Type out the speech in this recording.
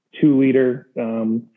two-liter